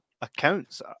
accounts